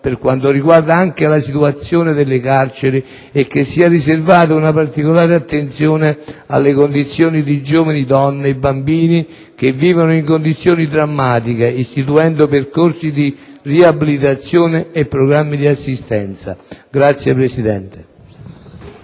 per quanto riguarda anche la situazione delle carceri e che sia riservata una particolare attenzione alle condizioni di giovani donne e bambini che vivono in condizioni drammatiche istituendo percorsi di riabilitazione e programmi di assistenza. PRESIDENTE.